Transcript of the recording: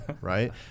right